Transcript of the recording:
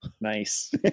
nice